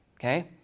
okay